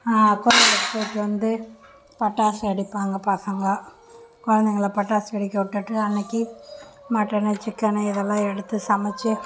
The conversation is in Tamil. கோயிலுக்கு போயிட்டு வந்து பட்டாசு வெடிப்பாங்க பசங்க குழந்தைங்கள பட்டாசு வெடிக்க விட்டுட்டு அன்னிக்கி மட்டன் சிக்கன் இதெல்லாம் எடுத்து சமச்சு